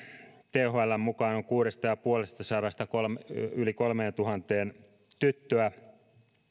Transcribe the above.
thln mukaan on kuudesta ja puolestasadasta yli kolmeentuhanteen tyttöä